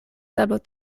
tablo